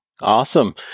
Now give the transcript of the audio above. Awesome